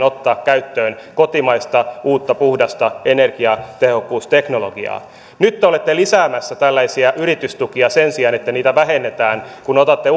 ottaa käyttöön kotimaista uutta puhdasta energiatehokkuusteknologiaa nyt te olette lisäämässä tällaisia yritystukia sen sijaan että niitä vähennetään kun otatte